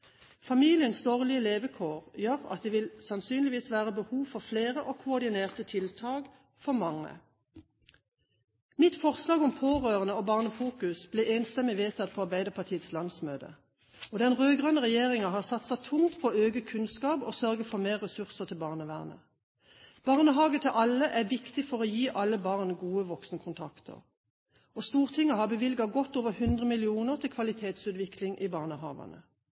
dårlige levekår gjør at det sannsynligvis vil være behov for flere og koordinerte tiltak for mange. Mitt forslag om pårørende- og barnefokus ble enstemmig vedtatt på Arbeiderpartiets landsmøte. Den rød-grønne regjeringen har satset tungt på å øke kunnskap og sørge for mer ressurser til barnevernet. Barnehage til alle er viktig for å gi alle barn gode voksenkontakter. Stortinget har bevilget godt over 100 mill. kr til kvalitetsutvikling i barnehagene.